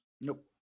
Nope